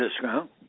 discount